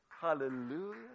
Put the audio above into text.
Hallelujah